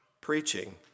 preaching